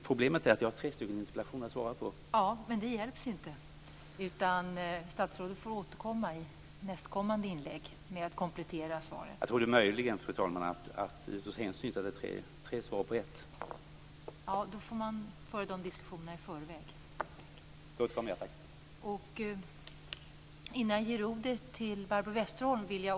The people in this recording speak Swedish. Problemet är att jag har tre stycken interpellationer att svara på i ett sammanhang.